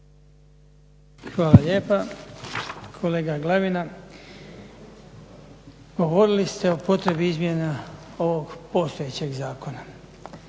Hvala lijepa. Kolega Glavina, govorili ste o potrebi izmjena ovog postojećeg zakona.